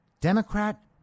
Democrat